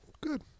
good